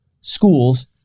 schools